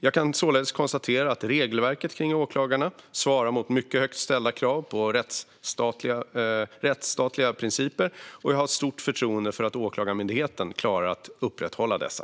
Jag kan således konstatera att regelverket kring åklagarna svarar mot mycket högt ställda krav på rättsstatliga principer, och jag har stort förtroende för att Åklagarmyndigheten klarar att upprätthålla dessa.